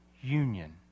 union